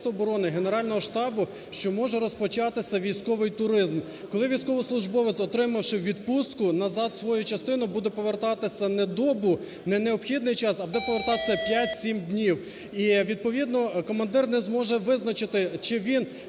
відповідно командир не зможе визначити: чи він